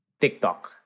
tiktok